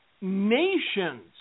nations